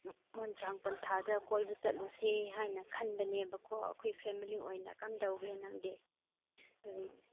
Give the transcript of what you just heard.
ꯃꯣꯟꯁꯥꯡ ꯄꯟꯊꯥꯗ ꯀꯣꯏꯕ ꯆꯨꯠꯂꯨꯁꯦ ꯍꯥꯏꯅ ꯈꯟꯕꯅꯦꯕꯀꯣ ꯑꯩꯈꯣꯏ ꯐꯦꯃꯤꯂꯤ ꯑꯣꯏꯅ ꯀꯝꯗꯧꯒꯦ ꯅꯪꯗꯤ